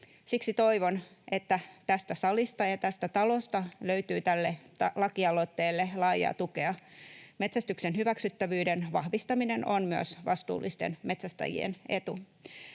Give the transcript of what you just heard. Siksi toivon, että tästä salista ja tästä talosta löytyy tälle lakialoitteelle laajaa tukea. Metsästyksen hyväksyttävyyden vahvistaminen on myös vastuullisten metsästäjien etu.